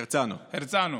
הרצנו.